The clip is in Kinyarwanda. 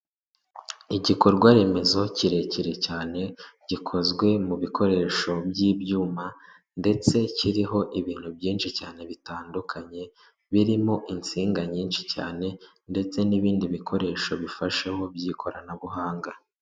Igikorwa remezo kirekire cyane gikozwe mu bikoresho by'ibyuma ndetse kiriho ibintu byinshi cyane bitandukanye, birimo insinga nyinshi cyane ndetse n'ibindi bikoresho bifasheho by'ikoranabuhanga.